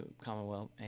Commonwealth